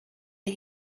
the